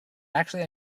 actually